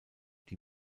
die